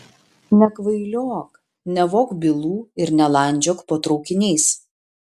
nekvailiok nevok bylų ir nelandžiok po traukiniais